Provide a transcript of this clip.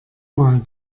mal